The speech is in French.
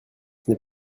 n’est